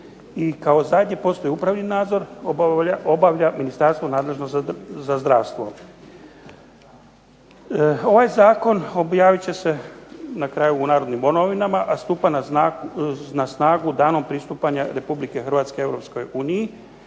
kao zadnje, postoji upravni nadzor – obavlja ministarstvo nadležno za zdravstvo. Ovaj zakon objavit će se na kraju u Narodnim novinama, a stupa na snagu danom pristupanja Republike Hrvatske EU.